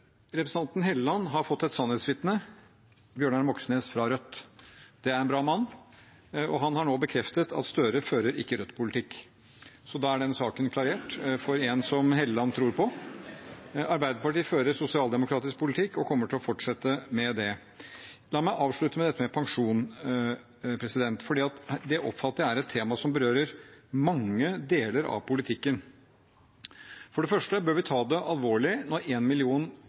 Representanten Helleland har fått et sannhetsvitne, Bjørnar Moxnes fra Rødt. Det er en bra mann, og han har nå bekreftet at Gahr Støre ikke fører Rødt-politikk, så da er denne saken klarert for en som Helleland tror på. Arbeiderpartiet fører sosialdemokratisk politikk og kommer til å fortsette med det. La meg avslutte med dette med pensjon. Det oppfatter jeg er et tema som berører mange deler av politikken. For det første bør vi ta det alvorlig når én million